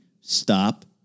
stop